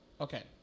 okay